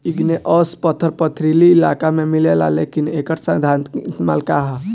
Igneous पत्थर पथरीली इलाका में मिलेला लेकिन एकर सैद्धांतिक इस्तेमाल का ह?